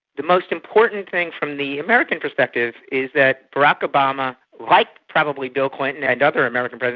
the most important thing from the american perspective is that barack obama, like probably bill clinton and other american but